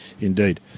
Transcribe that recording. indeed